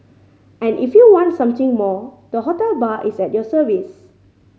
and if you want something more the hotel bar is at your service